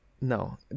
No